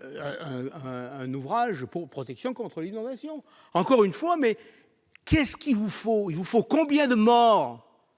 un ouvrage pour protection contre l'inondation, encore une fois, mais qu'est-ce qu'il vous faut, il vous faut combien de morts